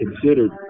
considered